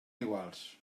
iguals